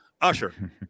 Usher